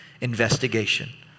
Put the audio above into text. investigation